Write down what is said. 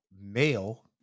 male